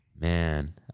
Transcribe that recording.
Man